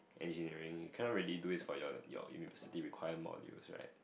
engineering you cannot really do this for your your university required modules right